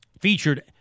featured